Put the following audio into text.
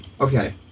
Okay